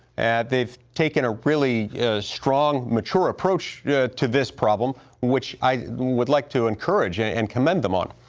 they've taken a really strong mature approach yeah to this problem which i would like to encourage and commend them on.